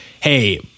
hey